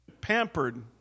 pampered